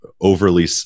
overly